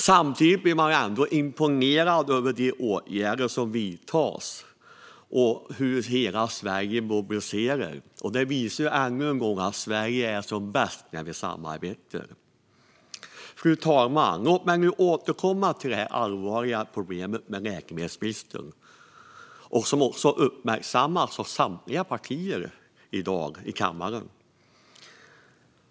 Samtidigt blir man imponerad av de åtgärder som vidtas och av hur hela Sverige mobiliserar. Det visar än en gång att Sverige är som bäst när vi samarbetar. Fru talman! Låt mig återkomma till det allvarliga problemet med läkemedelsbristen, som har uppmärksammats av samtliga partier i kammaren i dag.